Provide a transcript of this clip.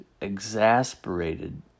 exasperated